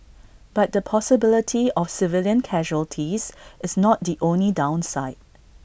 but the possibility of civilian casualties is not the only downside